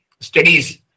studies